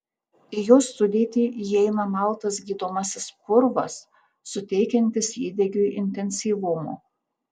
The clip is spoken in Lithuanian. į jos sudėtį įeina maltas gydomasis purvas suteikiantis įdegiui intensyvumo